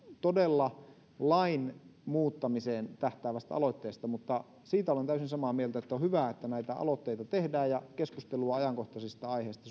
todella lain muuttamiseen tähtäävästä aloitteesta mutta siitä olen täysin samaa mieltä että on hyvä että näitä aloitteita tehdään ja keskustelua ajankohtaisista aiheista